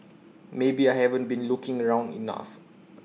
maybe I haven't been looking around enough